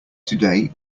today